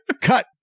Cut